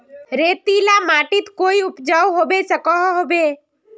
रेतीला माटित कोई उपजाऊ होबे सकोहो होबे?